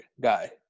guy